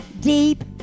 deep